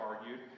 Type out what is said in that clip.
argued